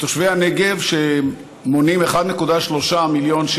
תושבי הנגב, שמונים 1.3 מיליון,